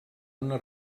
una